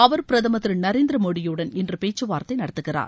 அவர் பிரதமர் திரு நரேந்திர மோடியுடன் இன்று பேச்சு வார்த்தை நடத்துகிறார்